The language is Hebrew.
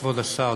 כבוד השר,